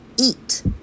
Eat